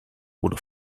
oder